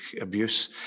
abuse